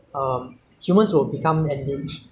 err you know now climate change is very serious right